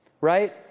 Right